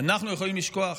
ואנחנו יכולים לשכוח?